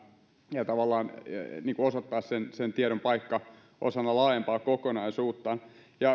ja tavallaan osoittaa sen sen tiedon paikka osana laajempaa kokonaisuutta